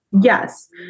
Yes